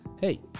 hey